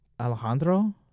Alejandro